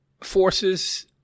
forces